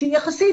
שהיא יחסית